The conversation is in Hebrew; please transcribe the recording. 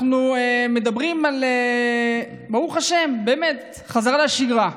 אנחנו מדברים, ברוך השם, באמת על חזרה לשגרה.